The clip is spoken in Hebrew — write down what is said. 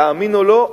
תאמין או לא,